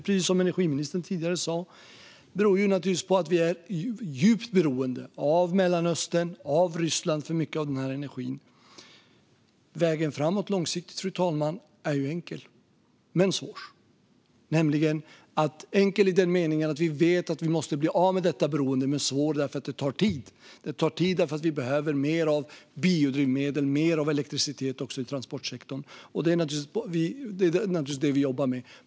Precis som energiministern tidigare sa beror det naturligtvis på att vi är djupt beroende av Mellanöstern och Ryssland för mycket av den här energin. Den långsiktiga vägen framåt, fru talman, är enkel men svår. Den är enkel i den meningen att vi vet att vi måste bli av med detta beroende. Den är svår därför att det tar tid. Att det tar tid beror på att vi behöver mer av biodrivmedel och elektricitet i transportsektorn. Det är naturligtvis detta vi jobbar med.